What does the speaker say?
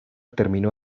terminó